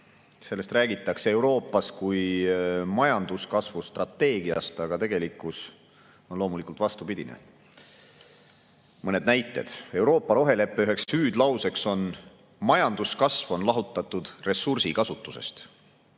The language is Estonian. Sellest räägitakse Euroopas kui majanduskasvustrateegiast, aga tegelikkus on loomulikult vastupidine. Mõned näited. Euroopa roheleppe üheks hüüdlauseks on "Majanduskasv on lahutatud ressursikasutusest".